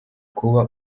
kuba